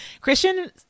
Christian